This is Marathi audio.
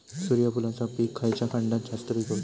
सूर्यफूलाचा पीक खयच्या खंडात जास्त पिकवतत?